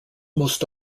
most